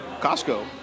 Costco